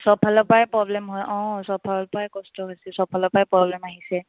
চবফালৰ পৰাই প্ৰব্লেম হয় অঁ চবফালৰ পৰাই কষ্ট হৈছে চবফালৰ পৰাই প্ৰব্লেম আহিছে